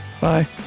Bye